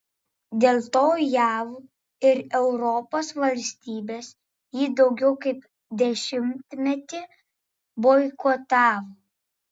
dėl to jav ir europos valstybės jį daugiau kaip dešimtmetį boikotavo